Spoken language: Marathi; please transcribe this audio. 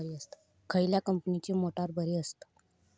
खयल्या कंपनीची मोटार बरी असता?